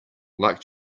like